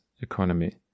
economy